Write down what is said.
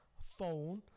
phone